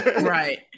Right